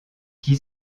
qui